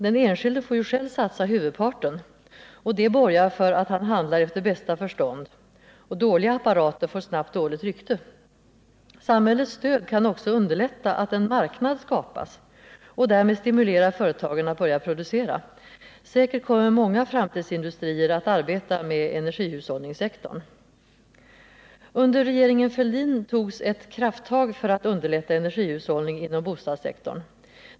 Den enskilde får själv satsa huvudparten, och det borgar för att han handlar efter bästa förstånd. Dåliga apparater får snabbt dåligt rykte. Samhällets stöd kan också underlätta att en marknad skapas och därmed stimulera företagen att börja producera. Säkert kommer många framtidsindustrier att arbeta med energihushållningssektorn. Under regeringen Fälldin togs ett krafttag för att underlätta energihushållning inom bostadssektorn.